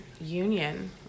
union